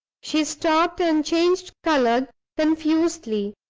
she stopped, and changed color confusedly.